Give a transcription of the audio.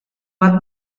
bat